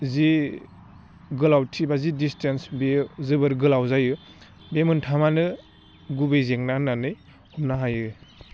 जि गोलावथि बा जि दिसटेन्स बेयो जोबोर गोलाव जायो बे मोनथामानो गुबै जेंना होननानै हमनो हायो